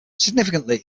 significantly